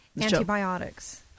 Antibiotics